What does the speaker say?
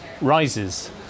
rises